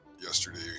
yesterday